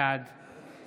בעד